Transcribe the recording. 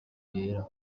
yera